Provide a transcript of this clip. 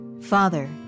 Father